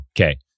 Okay